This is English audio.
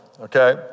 okay